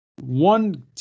One